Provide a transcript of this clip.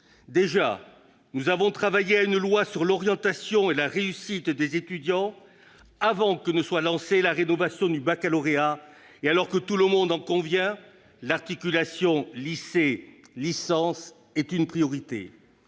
Déjà, nous avons travaillé à une loi sur l'orientation et la réussite des étudiants avant que ne soit lancée la rénovation du baccalauréat et alors que, tout le monde en convient, l'articulation entre le lycée et la licence est une priorité.